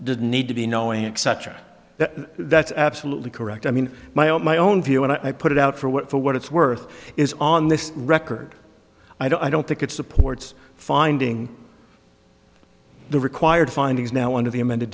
didn't need to be knowing that that's absolutely correct i mean my own my own view and i put it out for what for what it's worth is on this record i don't think it supports finding the required finding is now one of the amended